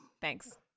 Thanks